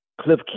Cliff